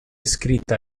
scritta